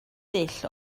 dull